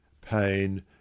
pain